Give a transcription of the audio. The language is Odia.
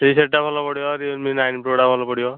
ସେହି ସେଟ ଟା ଭଲ ପଡ଼ିବ ରିଅଲ ମି ନାଇନ ପ୍ରୋ ଟା ଭଲ ପଡ଼ିବ